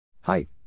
Height